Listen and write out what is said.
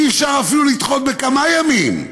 אי-אפשר לדחות אפילו בכמה ימים.